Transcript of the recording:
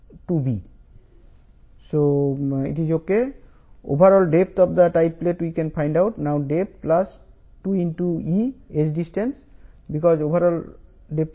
8 mm 2×90 mm tie plate యొక్క మొత్తం depth 249